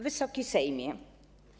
Wysoki Sejmie!